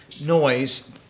noise